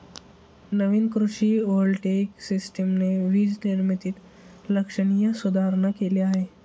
नवीन कृषी व्होल्टेइक सिस्टमने वीज निर्मितीत लक्षणीय सुधारणा केली आहे